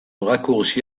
raccourci